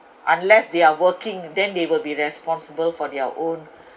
unless they are working then they will be responsible for their own